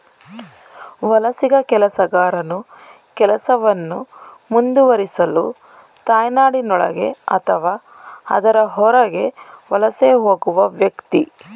ವಲಸಿಗ ಕೆಲಸಗಾರನು ಕೆಲಸವನ್ನು ಮುಂದುವರಿಸಲು ತಾಯ್ನಾಡಿನೊಳಗೆ ಅಥವಾ ಅದರ ಹೊರಗೆ ವಲಸೆ ಹೋಗುವ ವ್ಯಕ್ತಿ